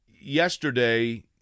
yesterday